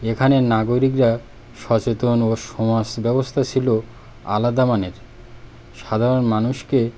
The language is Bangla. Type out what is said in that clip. এখানের নাগরিকরা সচেতন ও সমাজব্যবস্থা ছিল আলাদা মানের সাধারণ মানুষকে